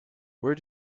where